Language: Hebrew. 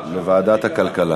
הכלכלה, לוועדת הכלכלה.